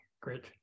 great